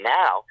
now